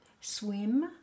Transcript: swim